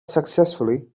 successfully